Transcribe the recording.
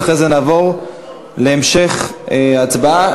ואחר כך נעבור להמשך הצבעה.